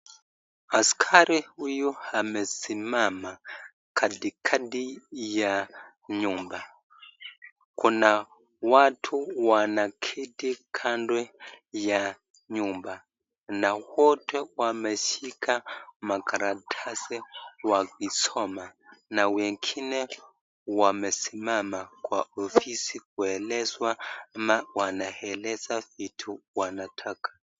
Askari huyu amesimama katikati ya chumba. Kuna watu amabao wameketi ndani ya chumba hii na wote wameshika makaratasi ni kama wanasoma na wengine wamesimama kueleza jamba ambalo wanataka.